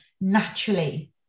naturally